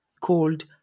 called